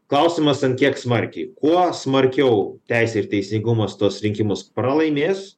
klausimas ant kiek smarkiai kuo smarkiau teisė ir teisingumas tuos rinkimus pralaimės